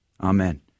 Amen